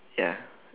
ya